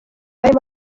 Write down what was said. arimo